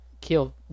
kill